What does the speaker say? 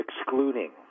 excluding